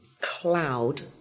cloud